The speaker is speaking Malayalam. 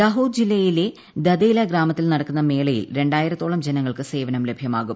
ദഹോദ് ജില്ലയിലെ ദദേല ഗ്രാമത്തിൽ നടക്കുന്ന മേളയിൽ രണ്ടായിരത്തോളം ജനങ്ങൾക്ക് ്സേവനം ലഭ്യമാകും